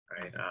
right